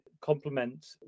complement